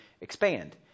expand